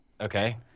Okay